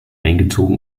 eingezogen